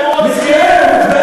הם רוצחים.